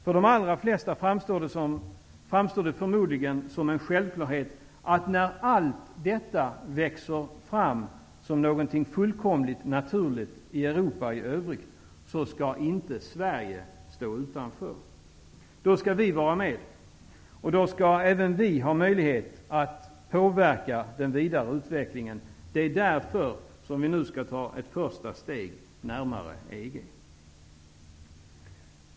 För de allra flesta framstår det förmodligen som en självklarhet att när allt detta växer fram som något fullkomligt naturligt i Europa i övrigt, skall inte Sverige stå utanför. Vi skall vara med, och även vi skall ha möjlighet att påverka den vidare utvecklingen. Därför skall vi nu ta ett första steg närmare EG.